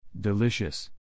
Delicious